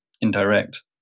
indirect